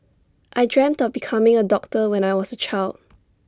I dreamt of becoming A doctor when I was A child